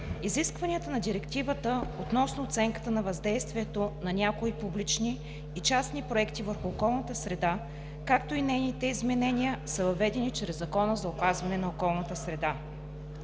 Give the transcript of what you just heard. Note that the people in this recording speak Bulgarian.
Изискванията на Директивата относно оценката на въздействието на някои публични и частни проекти върху околната среда, както и нейните изменения, са въведени чрез Закона за опазване на околната среда.